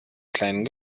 kleinen